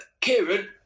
Kieran